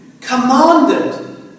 commanded